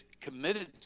committed